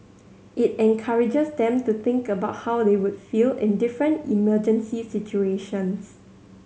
it encourages them to think about how they would feel in different emergency situations